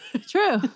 True